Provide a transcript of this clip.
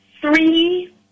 three